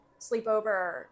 sleepover